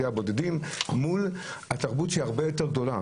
הבודדים מול התרבות שהיא הרבה יותר גדולה